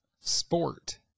Sport